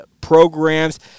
programs